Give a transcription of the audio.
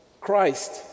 Christ